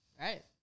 Right